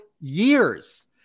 years